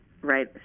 right